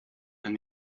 and